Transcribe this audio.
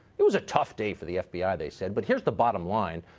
it was a tough day for the fbi, they said. but here's the bottom line.